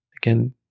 Again